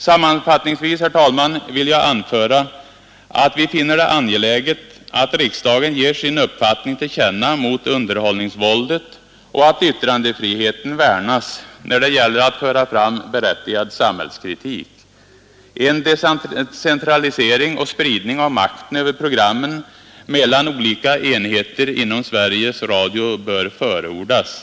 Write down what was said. Sammanfattningsvis vill jag anföra att vi finner det angeläget att riksdagen ger sin uppfattning till känna mot underhållningsvåldet och att yttrandefriheten värnas när det gäller att föra fram berättigad samhällskritik. En decentralisering och spridning av makten över programmen mellan olika enheter inom "Sveriges Radio bör förordas.